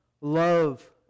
love